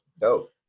dope